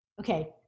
Okay